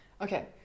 okay